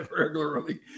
regularly